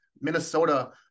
Minnesota